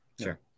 Sure